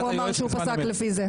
הוא אמר שהוא פסק לפי זה.